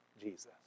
Jesus